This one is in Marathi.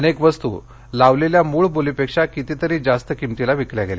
अनेक वस्तू लावलेल्या मूळ बोलीपेक्षा कितीतरी जास्त किमतीला विकल्या गेल्या